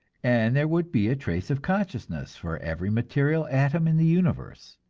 and there would be a trace of consciousness for every material atom in the universe.